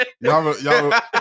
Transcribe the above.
Y'all